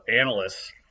analysts